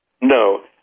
No